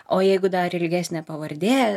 o jeigu dar ilgesnė pavardė